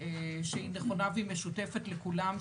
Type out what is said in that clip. שהיא נכונה והיא משותפת לכולם,